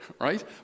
right